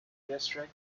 district